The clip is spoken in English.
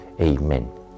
Amen